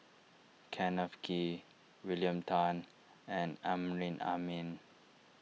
Kenneth Kee William Tan and Amrin Amin